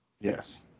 Yes